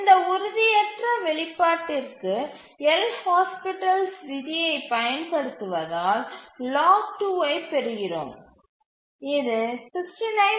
இந்த உறுதியற்ற வெளிப்பாட்டிற்கு எல்ஹாஸ்பிடல்ஸ் LHospitals விதியைப் பயன்படுத்துவதால் log 2 ஐப் பெறுகிறோம் இது 69